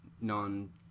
non